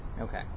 Okay